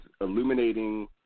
illuminating